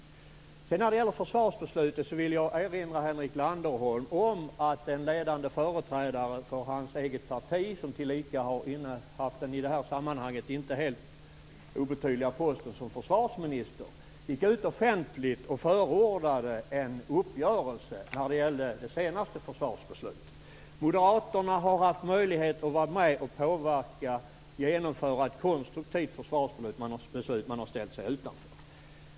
När det sedan gäller försvarsbeslutet vill jag erinra Henrik Landerholm om att en ledande företrädare för hans eget parti som tillika har innehaft den i det här sammanhanget inte helt obetydliga posten som försvarsminister gick ut offentligt och förordade en uppgörelse när det gällde det senaste försvarsbeslutet. Moderaterna har haft möjlighet att vara med och påverka och genomföra ett konstruktivt försvarsbeslut men har ställt sig utanför.